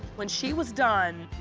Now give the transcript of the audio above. when she was done,